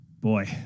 Boy